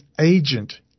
agent